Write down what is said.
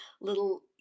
little